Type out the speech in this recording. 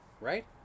Right